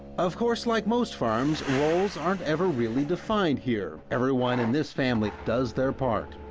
of course like most farms, roles aren't ever really defined here, everyone in this family does their part.